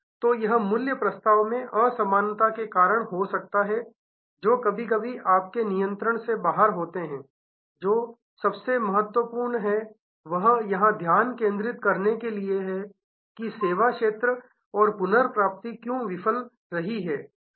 तो यह मूल्य प्रस्ताव मैं असमानता के कारण हो सकता है जो कभी कभी आपके नियंत्रण से बाहर होते है जो सबसे महत्वपूर्ण है वह यहां ध्यान केंद्रित करने के लिए है कि सेवा क्षेत्र और पुनर्प्राप्ति क्यों विफल रही